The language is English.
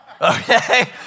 okay